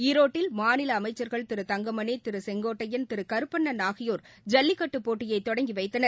ஈரோட்டில் மாநில அமைச்சர்கள் திரு தங்கமணி திரு செங்கோட்டிடையன் கருப்பண்ணன் ஆகியோர் ஜல்லிக்கட்டுப் போட்டியை தொடங்கி வைத்தனர்